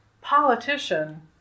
politician